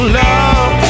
love